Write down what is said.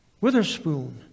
Witherspoon